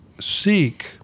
seek